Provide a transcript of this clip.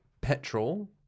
petrol